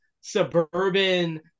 suburban